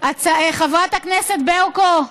חברת הכנסת ברקו,